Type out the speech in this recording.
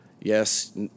yes